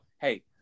hey